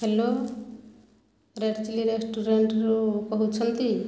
hello red chilli ରେଷ୍ଟୁରାଣ୍ଟରୁ କହୁଛନ୍ତି